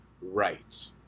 right